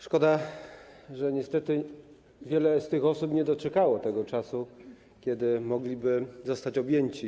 Szkoda, że niestety wiele z tych osób nie doczekało tego czasu, kiedy mogłyby zostać tym objęte.